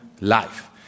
life